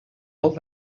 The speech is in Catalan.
molt